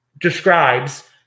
describes